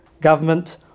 government